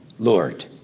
Lord